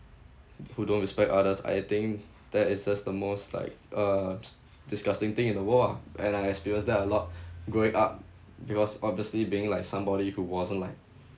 who don't respect others I think that is just the most like uh disgusting thing in the world ah and I experienced that a lot growing up because obviously being like somebody who wasn't like